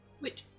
Wait